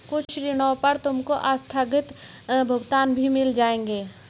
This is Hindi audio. कुछ ऋणों पर तुमको आस्थगित भुगतान भी मिल जाएंगे